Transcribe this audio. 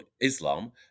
Islam